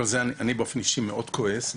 על זה אני באופן אישי מאוד כועס.